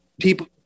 people